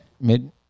mid